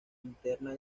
interna